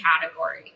category